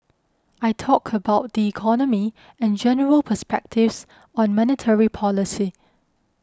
I talked about the economy and general perspectives on monetary policy